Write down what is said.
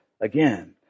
again